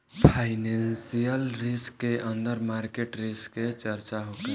financial risk के अंदर market risk के चर्चा होखेला